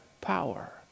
power